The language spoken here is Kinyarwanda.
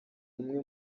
umwe